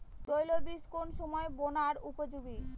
তৈল বীজ কোন সময় বোনার উপযোগী?